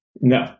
No